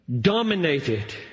dominated